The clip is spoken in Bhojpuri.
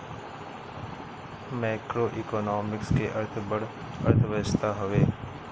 मैक्रोइकोनॉमिक्स के अर्थ बड़ अर्थव्यवस्था हवे